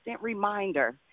reminder